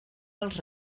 els